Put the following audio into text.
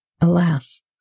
Alas